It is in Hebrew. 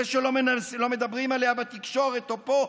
זה לא שמדברים עליה בתקשורת או פה,